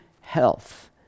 health